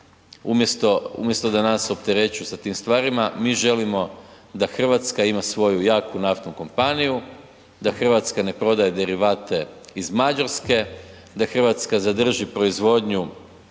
umjesto da nas opterećuju sa tim stvarima. Mi želimo da Hrvatska ima svoju jaku naftnu kompaniju, da Hrvatska ne prodaje derivate iz Mađarske, da Hrvatska zadrži proizvodnju